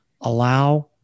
allow